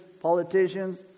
politicians